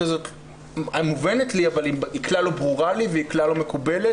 הזאת המובנת לי אבל היא כלל לא ברורה לי והיא כלל לא מקובלת